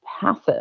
passive